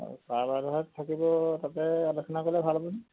অঁ ছাৰ বাইদেউহঁত থাকিব তাতে আলোচনা কৰিলে ভাল হ'ব নেকি